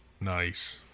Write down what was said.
Nice